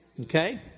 okay